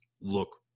look